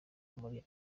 muri